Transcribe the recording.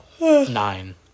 nine